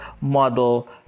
model